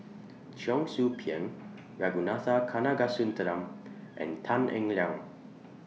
Cheong Soo Pieng Ragunathar Kanagasuntheram and Tan Eng Liang